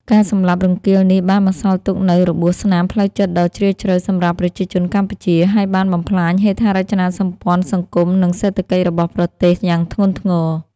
ការសម្លាប់រង្គាលនេះបានបន្សល់ទុកនូវរបួសស្នាមផ្លូវចិត្តដ៏ជ្រាលជ្រៅសម្រាប់ប្រជាជនកម្ពុជា ហើយបានបំផ្លាញហេដ្ឋារចនាសម្ព័ន្ធសង្គម និងសេដ្ឋកិច្ចរបស់ប្រទេសយ៉ាងធ្ងន់ធ្ងរ។